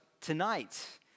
tonight